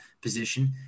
position